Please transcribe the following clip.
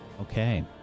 Okay